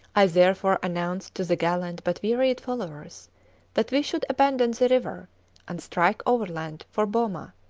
i therefore announced to the gallant but wearied followers that we should abandon the river and strike overland for boma,